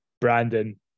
Brandon